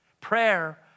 Prayer